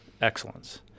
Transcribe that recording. excellence